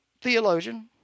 theologian